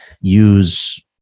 use